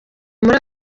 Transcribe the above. muri